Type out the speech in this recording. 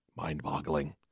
mind-boggling